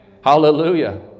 Hallelujah